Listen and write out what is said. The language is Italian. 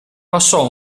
passò